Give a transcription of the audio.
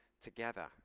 together